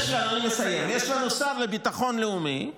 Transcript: יש לנו שר לביטחון לאומי,